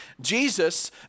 Jesus